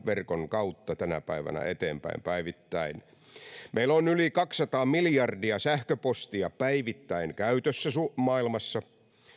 verkon kautta tänä päivänä eteenpäin päivittäin meillä on yli kaksisataa miljardia sähköpostia päivittäin käytössä maailmassa